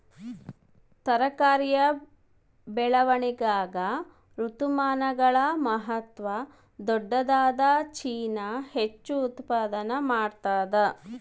ತರಕಾರಿಯ ಬೆಳವಣಿಗಾಗ ಋತುಮಾನಗಳ ಮಹತ್ವ ದೊಡ್ಡದಾದ ಚೀನಾ ಹೆಚ್ಚು ಉತ್ಪಾದನಾ ಮಾಡ್ತದ